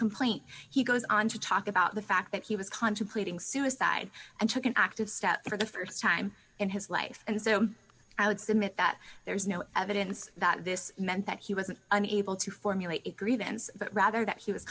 complaint he goes on to talk about the fact that he was contemplating suicide and took an active step for the st time in his life and so i would submit that there is no evidence that this meant that he wasn't an able to formulate a grievance but rather that he was